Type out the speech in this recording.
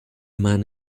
man